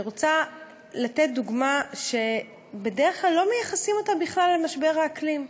אני רוצה לתת דוגמה שבדרך כלל לא מייחסים אותה בכלל למשבר האקלים,